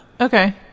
Okay